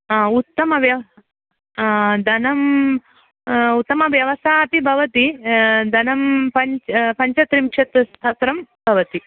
उत्तम व्यव धनं उत्तमव्यवस्था अपि भवति धनं पञ्च पञ्चत्रिंशत्सहस्रं भवति